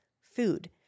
food